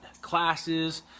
classes